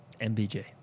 MBJ